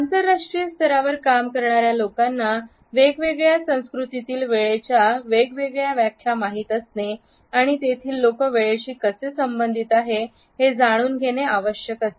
आंतरराष्ट्रीय स्तरावर काम करणार्या लोकांना वेगवेगळ्या संस्कृतीतील वेळेच्या वेगवेगळ्या व्याख्या माहित असणे आणि आणि तेथील लोक वेळेशी कसे संबंधित आहेत हे जाणून घेणे आवश्यक आहे